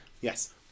Yes